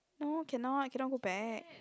no cannot cannot go back